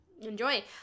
enjoy